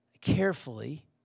carefully